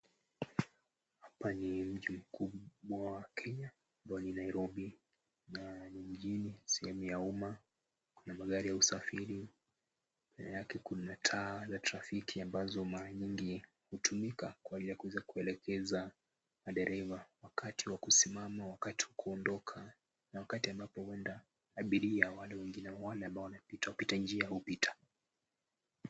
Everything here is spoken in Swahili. Hapa ni mji mkubwa Kenya ambayo ni Nairobi na ni mjini , sehemu ya umma. Kuna magari ya usafiri nyuma yake kuna taa za trafiki ambazo mara nyingi hutumika kwa yakuza kuelekeza madereva wakati wa kusimama, wakati wa kuondoka na wakati ambapo huenda abiria wale wengine wale ambao wanapita wapitanjia hupita.